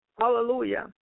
Hallelujah